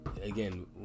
again